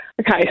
Okay